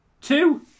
two